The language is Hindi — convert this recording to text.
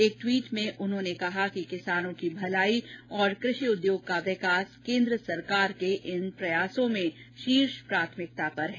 एक ट्वीट में उन्होंने कहा कि किसानों की भलाई और कृषि उद्योग का विकास केन्द्र सरकार के इन प्रयासों में शीर्ष प्राथमिकता पर हैं